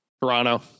Toronto